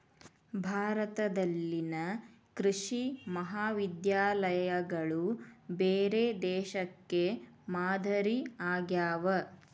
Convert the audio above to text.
ಭಾರತದಲ್ಲಿನ ಕೃಷಿ ಮಹಾವಿದ್ಯಾಲಯಗಳು ಬೇರೆ ದೇಶಕ್ಕೆ ಮಾದರಿ ಆಗ್ಯಾವ